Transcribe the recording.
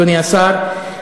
אדוני השר,